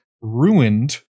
ruined